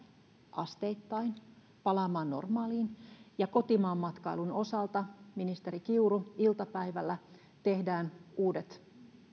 asteittain palaamaan normaaliin ja kotimaanmatkailun osalta ministeri kiuru iltapäivällä tehdään uudet